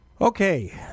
Okay